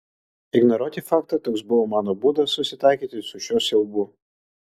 ignoruoti faktą toks buvo mano būdas susitaikyti su šiuo siaubu